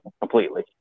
completely